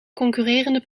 concurrerende